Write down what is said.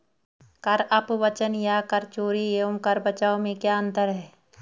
कर अपवंचन या कर चोरी एवं कर बचाव में क्या अंतर है?